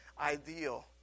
ideal